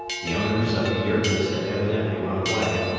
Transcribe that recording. the owners of the yurtas had evidently run away,